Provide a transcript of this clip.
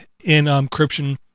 encryption